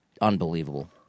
unbelievable